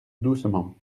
doucement